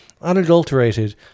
Unadulterated